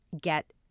get